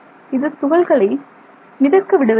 இது துகள்களை மிதக்க விடுவதில்லை